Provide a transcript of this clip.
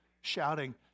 shouting